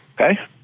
Okay